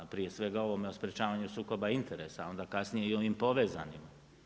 Prije svega o ovome o sprječavanju sukoba interesa, onda kasnije i o ovim povezanim.